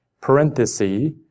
parenthesis